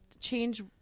Change